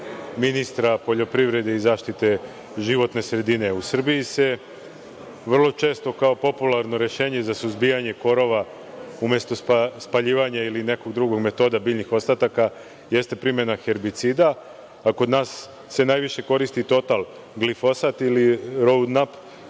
ministra poljoprivrede i zaštite životne sredine.U Srbiji se vrlo često kao popularno rešenje za suzbijanje korova umesto spaljivanja ili nekog drugog metoda biljnih ostataka jeste primena herbicida, a kod nas se najviše koristi „Total glifosat“, kod nas